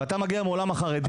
ואתה מגיע מהעולם החרדי,